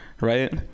Right